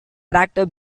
tractor